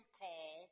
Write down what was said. call